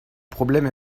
problème